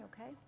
okay